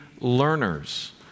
learners